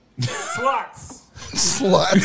Sluts